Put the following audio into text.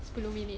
sepuluh minit